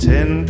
Ten